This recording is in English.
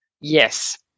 Yes